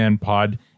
Pod